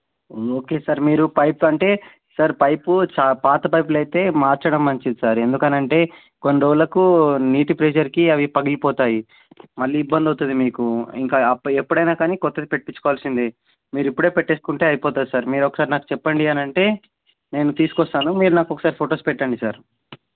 okay sir మీరు pipes అంటే sir pipe చా పాత పైపులు అయితే మార్చడం మంచిది సార్ ఎందుకంటే కొన్ని రోజులకు నీటి ప్రెజర్కి అవి పగిలిపోతాయి మళ్ళీ ఇబ్బంది అవుతుంది మీకు ఇంకా అప్ ఎప్పుడైన కానీ కొత్తది పెట్టించుకోవాల్సింది మీరు ఇప్పుడే పెట్టుకుంటే అయిపోతుంది సార్ మీరు ఒకసారి నాకు చెప్పండి అనంటే నేను తీసుకొస్తాను మీరు నాకు ఒకసారి ఫొటోస్ పెట్టండి సార్